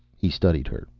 he studied her.